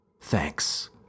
Thanks